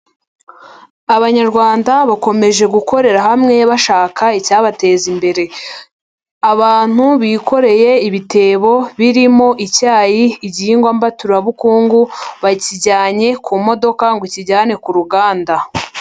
Abanyarwanda bakomeje gukorera hamwe bashaka icyabateza imbere, abantu bikoreye ibitebo birimo icyayi igihingwa mbaturabukungu bakijyanye ku modoka ngo ikijyane ku ruganda.